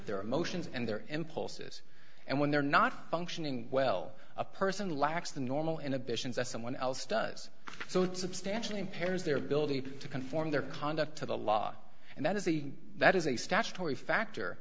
their emotions and their impulses and when they're not functioning well a person lacks the normal inhibitions that someone else does so that substantially impairs their ability to conform their conduct to the law and that is a that is a statutory factor